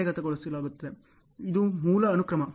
ಇದು ಮೂಲ ಅನುಕ್ರಮ